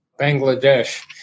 Bangladesh